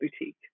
boutique